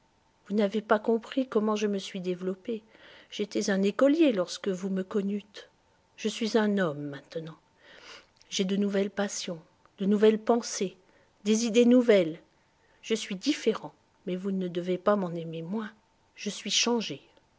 vous n'avez pas compris comment je me suis développé j'étais un écolier lorsque vous me connûtes je suis un homme maintenant j'ai de nouvelles passions de nouvelles pensées des idées nouvelles je suis différent mais vous ne devez pas m'en aimer moins je suis changé